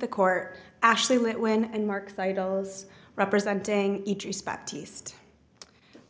the court actually let win and mark titles representing each respective east